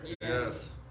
Yes